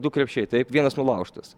du krepšiai taip vienas nulaužtas